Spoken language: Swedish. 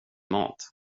mat